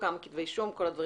כמה כתבי אישום הוגשו וכולי.